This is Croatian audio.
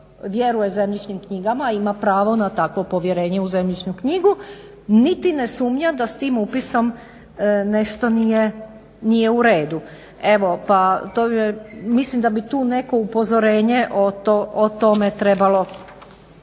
vjeruje zemljišnim knjigama a ima pravo na takvo povjerenje u zemljišnu knjigu niti ne sumnja da s tim upisom nešto nije u redu. Evo, pa mislim da bi tu netko upozorenje o tome trebalo